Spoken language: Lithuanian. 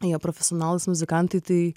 jo profesionalūs muzikantai tai